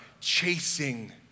chasing